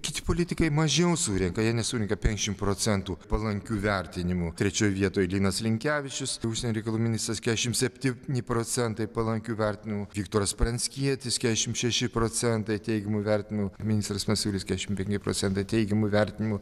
kiti politikai mažiau surenka jie nesurenka penkiasdešim procentų palankių vertinimų trečioj vietoj linas linkevičius užsienio reikalų ministras keturiasdešim septyni procentai palankių vertinimų viktoras pranckietis keturiasdešim šeši procentai teigiamų įvertinimų ministras masiulis keturiasdešim penki procentai teigiamų įvertinimų